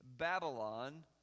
Babylon